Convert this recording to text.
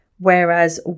Whereas